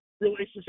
relationship